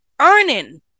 earning